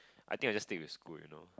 I think I just take the school you know